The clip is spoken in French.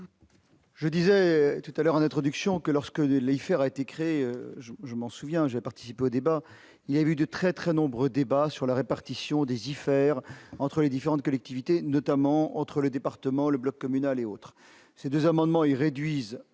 Je disais tout à l'heure en introduction que lorsque les légifère, a été créé, je, je m'en souviens j'ai participé au débat il y a eu de très très nombreux débats sur la répartition des hivers entre les différentes collectivités, notamment entre les départements, le bloc communal et autres ces 2 amendements et réduisent